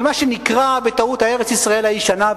מה שנקרא בטעות "ארץ ישראל הישנה,